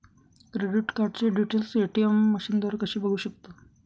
Credit कार्डचे details ATM मशीनद्वारे कसे बघू शकतो?